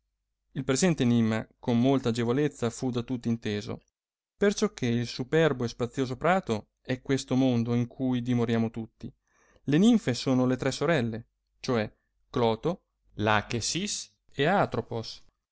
il presente enimma con molta agevolezza fu da tutti inteso perciò che il superbo e spazioso prato è questo mondo in cui dimoriamo tutti le ninfe sono le tre sorelle cioè cloto lachesis e atropos